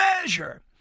measure